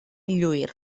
lluir